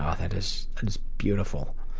ah that is just beautiful.